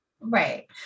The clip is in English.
Right